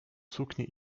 suknie